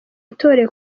yatorewe